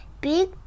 Big